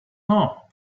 now